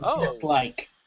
dislike